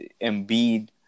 Embiid